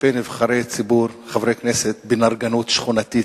כלפי נבחרי ציבור, חברי כנסת, בנרגנות שכונתית,